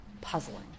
puzzling